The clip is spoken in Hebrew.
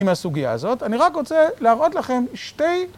מהסוגיה הזאת. אני רק רוצה להראות לכם שתי...